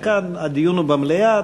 אבל כאן הדיון הוא במליאה.